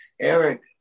Eric